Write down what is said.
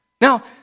Now